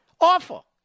Awful